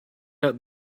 out